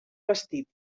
vestit